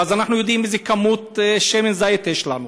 ואז אנחנו יודעים איזו כמות שמן זית יש לנו.